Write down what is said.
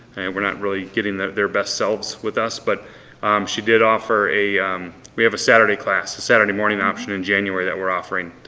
we're not really getting their their best selves with us but she did offer, we have a saturday class, a saturday morning option in january that we're offering